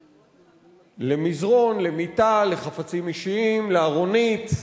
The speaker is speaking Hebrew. למזרן, למיטה, לחפצים אישיים, לארונית,